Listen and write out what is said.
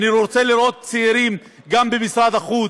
אני רוצה לראות צעירים גם במשרד החוץ,